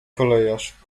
kolejarz